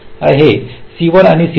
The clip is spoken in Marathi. C1 आणि C2